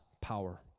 power